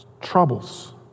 Troubles